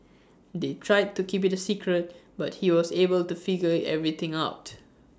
they tried to keep IT A secret but he was able to figure everything out